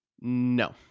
No